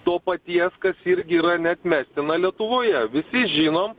to paties kas irgi yra neatmestina lietuvoje visi žinom